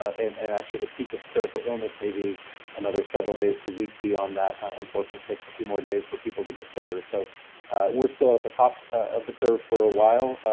and and actually the peak of critical illness maybe another several days to week beyond that. unfortunately, it takes a few more days for people to get sicker. so we're still at the top of the curve for a while.